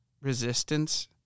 resistance